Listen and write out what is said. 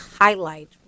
highlight